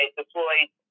deployed